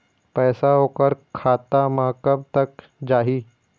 पैसा ओकर खाता म कब तक जाही?